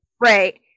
right